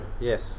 yes